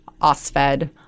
OSFED